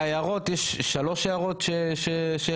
יוראי, ההערות יש שלוש הערות שהכנסנו.